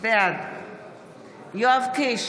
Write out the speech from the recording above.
בעד יואב קיש,